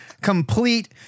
complete